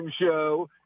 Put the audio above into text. show